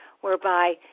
whereby